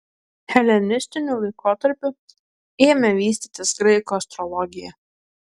helenistiniu laikotarpiu ėmė vystytis graikų astrologija